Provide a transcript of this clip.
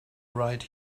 right